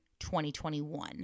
2021